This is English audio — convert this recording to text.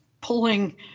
pulling